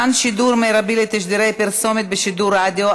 שידור מרבי לתשדירי פרסומת בשידורי רדיו),